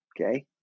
okay